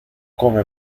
come